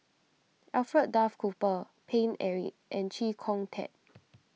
Alfred Duff Cooper Paine Eric and Chee Kong Tet